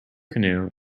canoe